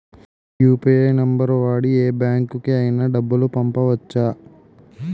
UPI number వాడి యే బ్యాంకుకి అయినా డబ్బులు పంపవచ్చ్చా?